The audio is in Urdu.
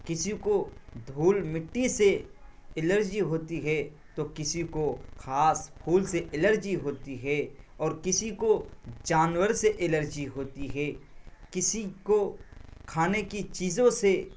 کسی کو دھول مٹی سے الرجی ہوتی ہے تو کسی کو کھاس پھول سے الرجی ہوتی ہے اور کسی کو جانور سے الرجی ہوتی ہے کسی کو کھانے کی چیزوں سے